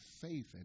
faith